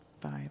five